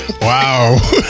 Wow